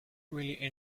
really